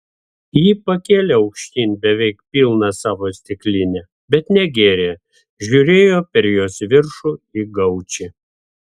ji pakėlė aukštyn beveik pilną savo stiklinę bet negėrė žiūrėjo per jos viršų į gaučį